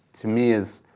to me is,